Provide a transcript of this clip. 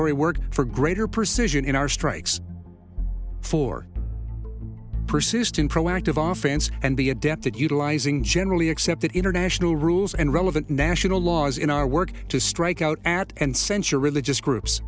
investigatory work for greater precision in our strikes for persistent proactive on fans and be adept at utilizing generally accepted international rules and relevant national laws in our work to strike out at and censure religious groups